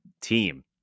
team